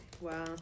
Wow